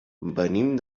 venim